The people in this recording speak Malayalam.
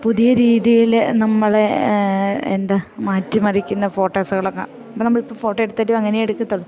പുതിയ രീതിയിൽ നമ്മളെ എന്താ മാറ്റി മറിക്കുന്ന ഫോട്ടോസുകളൊക്കെ ഇപ്പം നമ്മളിപ്പം ഫോട്ടോ എടുത്തിട്ടും അങ്ങനെ എടുക്കത്തുള്ളൂ